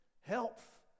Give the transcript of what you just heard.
health